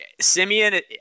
Simeon